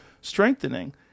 strengthening